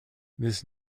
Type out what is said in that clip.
this